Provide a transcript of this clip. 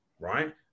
right